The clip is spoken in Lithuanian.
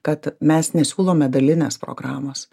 kad mes nesiūlome dalinės programos